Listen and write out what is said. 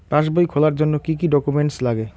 পাসবই খোলার জন্য কি কি ডকুমেন্টস লাগে?